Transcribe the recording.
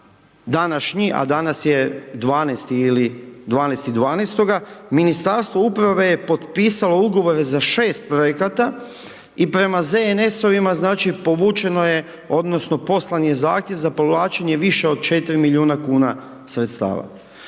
danas je 12. ili 12.12. Ministarstvo uprave je potpisalo ugovore za 6 projekata i prema ZNS-ovima znači povućeno je, odnosno poslan je zahtjev za povlačenje više od 4 milijuna kuna sredstava.